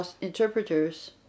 interpreters